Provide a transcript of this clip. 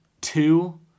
two